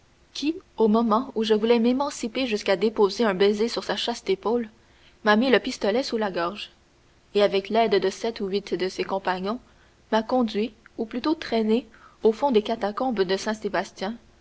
qui au moment où je voulais m'émanciper jusqu'à déposer un baiser sur sa chaste épaule m'a mis le pistolet sous la gorge et avec l'aide de sept ou huit de ses compagnons m'a conduit ou plutôt traîné au fond des catacombes de saint sébastien